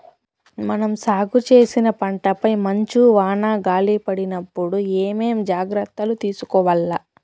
మనం సాగు చేసిన పంటపై మంచు, వాన, గాలి పడినప్పుడు ఏమేం జాగ్రత్తలు తీసుకోవల్ల?